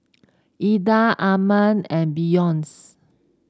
Eda Arman and Beyonce